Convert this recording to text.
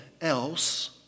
else